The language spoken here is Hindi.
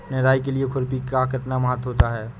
निराई के लिए खुरपी का कितना महत्व होता है?